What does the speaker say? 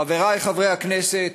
חברי חברי הכנסת,